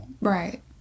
Right